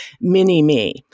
mini-me